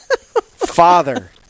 Father